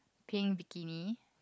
pink bikini